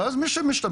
ואז מי שמשתמש,